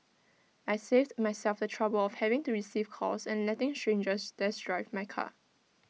I saved myself the trouble of having to receive calls and letting strangers test drive my car